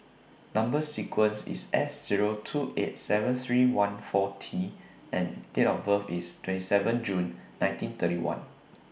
Number sequence IS S two eight seven three one four T and Date of birth IS twenty seven June nineteen thirty one